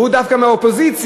והוא דווקא מהאופוזיציה.